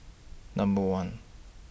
Number one